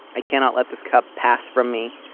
i cannot let this cup pass from me.